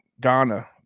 Ghana